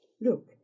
Look